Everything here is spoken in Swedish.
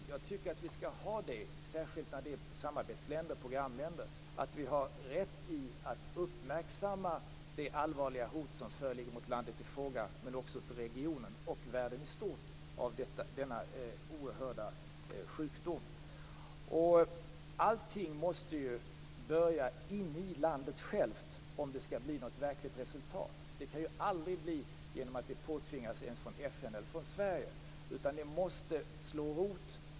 Jag tycker att vi skall ha rätt, särskilt när det gäller samarbetsländer, dvs. programländer, att uppmärksamma det allvarliga hot som föreligger mot landet i fråga - men också mot regionen och världen i stort - från denna oerhörda sjukdom. Allting måste börja inne i landet självt om det skall bli något verkligt resultat. Det kan det aldrig bli om något påtvingas från FN eller från Sverige.